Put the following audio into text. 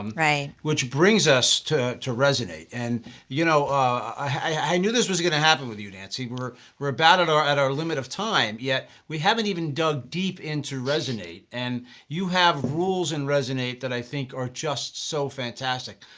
um which bring us to to resonate. and you know i knew this was going to happen with you nancy. we're we're about at our at our limited time, yet we haven't haven't dug deep into resonate and you have rules in resonate that i think are just so fantastic.